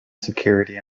security